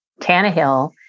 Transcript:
Tannehill